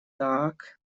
так